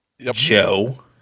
Joe